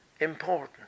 important